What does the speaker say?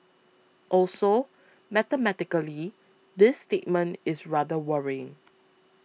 also mathematically this statement is rather worrying